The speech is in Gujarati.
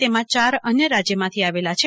તેમાં ચાર અન્ય રાજ્યમાંથી આવેલા છે